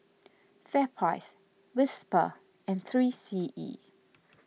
FairPrice Whisper and three C E